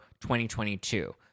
2022